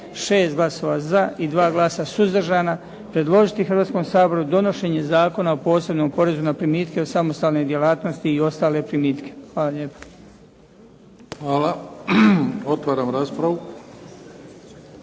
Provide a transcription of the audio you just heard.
6 glasova za i 2 glasa suzdržana, predložiti Hrvatskom saboru donošenje Zakona o posebnom porezu na primitke od samostalne djelatnosti i ostale primitke. Hvala lijepo. **Bebić, Luka